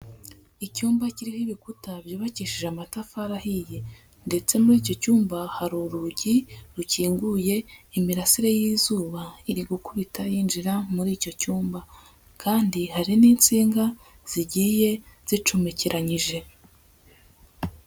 Icyumba kiriho ibikuta byubakishije amatafari ahiye ndetse muri icyo cyumba hari urugi rukinguye imirasire y'izuba iri gukubita yinjira muri icyo cyumba kandi hari n'insinga zigiye zicomekeranyije.